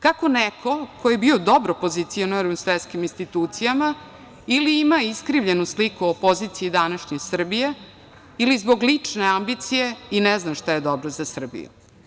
Kako neko ko je bio dobro pozicioniran u svetskim institucijama ili ima iskrivljenu sliku o poziciji današnje Srbije ili zbog lične ambicije i ne zna šta je dobro za Srbiju.